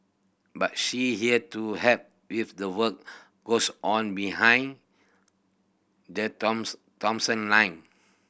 but she here to help with the work goes on behind the Thomson Thomson line